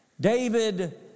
David